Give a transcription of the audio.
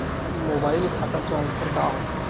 Mobile खाता transfer का होथे?